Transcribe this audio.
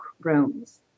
rooms